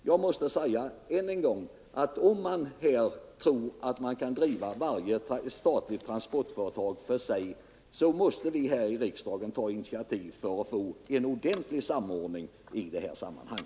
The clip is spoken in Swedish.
Jag måste säga än en gång: om man tror att man kan driva varje statligt transportföretag för sig måste vi här i riksdagen ta initiativ för att få en ordentlig samordning i detta sammanhang.